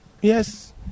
yes